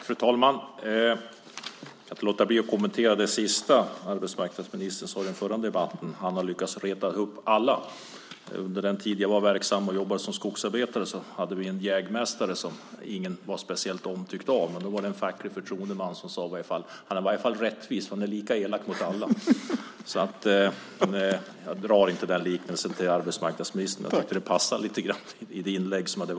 Fru talman! Jag kan inte låta bli att kommentera det sista som arbetsmarknadsministern sade i den förra debatten, att han hade lyckats reta upp alla. Under den tid då jag var verksam som skogsarbetare hade vi en jägmästare som inte var speciellt omtyckt av någon. Men då var det en facklig förtroendeman som sade: Han är i varje fall rättvis, för han är lika elak mot alla. Jag gör ingen liknelse med arbetsmarknadsministern. Men jag tyckte att det passade ihop lite grann med det tidigare inlägget.